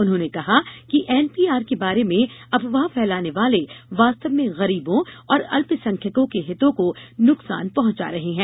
उन्होंने कहा कि एनपीआर के बारे में अफवाह फैलाने वाले वास्तव में गरीबों और अल्पसंख्यकों के हितों को नुकसान पहंचा रहे हैं